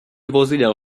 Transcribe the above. vozidel